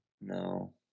No